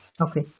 okay